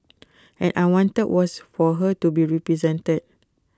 and I wanted was for her to be represented